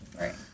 Right